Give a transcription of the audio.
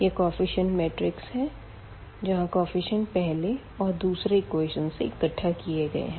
यह coefficient matrix है जहाँ कोफ़िशियंत पहले और दूसरे एकवेशन से इकट्ठा किए गए है